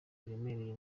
biremereye